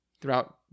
throughout